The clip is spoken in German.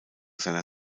seiner